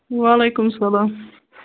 وعلیکُم سَلام